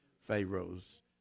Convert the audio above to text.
Pharaoh's